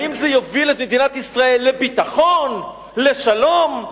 האם זה יוביל את מדינת ישראל לביטחון, לשלום?